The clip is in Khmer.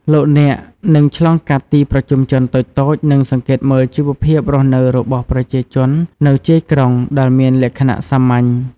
លោកអ្នកនឹងឆ្លងកាត់ទីប្រជុំជនតូចៗ និងសង្កេតមើលជីវភាពរស់នៅរបស់ប្រជាជននៅជាយក្រុងដែលមានលក្ខណៈសាមញ្ញ។